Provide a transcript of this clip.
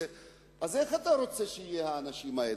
איך אתה רוצה שיהיו האנשים האלה?